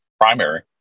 primary